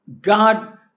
God